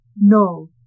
No